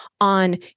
on